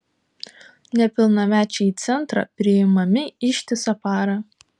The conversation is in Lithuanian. nepilnamečiai į centrą priimami ištisą parą